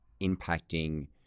impacting